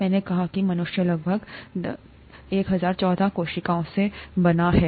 मैंने कहा कि मनुष्य लगभग 1014 कोशिकाओं से बना है